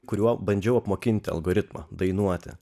kuriuo bandžiau apmokinti algoritmą dainuoti